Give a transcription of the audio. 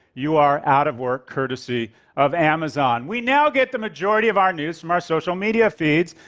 you are out of work, courtesy of amazon. we now get the majority of our news from our social media feeds,